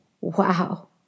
Wow